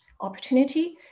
opportunity